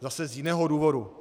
zase z jiného důvodu.